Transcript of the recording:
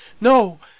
No